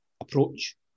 approach